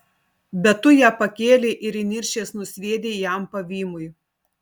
bet tu ją pakėlei ir įniršęs nusviedei jam pavymui